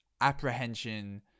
apprehension